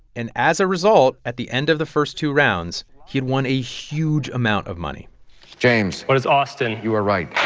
and as a result, at the end of the first two rounds, he had won a huge amount of money james what is austin? you are right.